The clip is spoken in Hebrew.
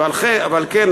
ועל כן,